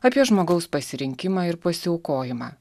apie žmogaus pasirinkimą ir pasiaukojimą